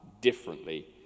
differently